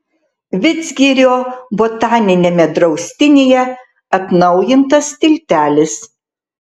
vidzgirio botaniniame draustinyje atnaujintas tiltelis